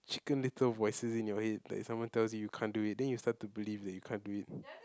chicken little voices in your head like someone tells you you can't do it then you start to believe that you can't do it